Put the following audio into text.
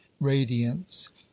radiance